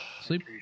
sleep